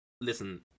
listen